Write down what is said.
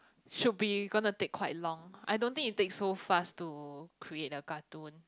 should be gonna to take quite long I don't think it take so fast to create a cartoon